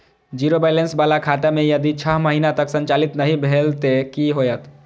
Zero balance बाला खाता में यदि छः महीना तक संचालित नहीं भेल ते कि होयत?